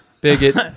Bigot